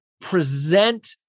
present